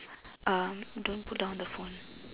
um don't put down the phone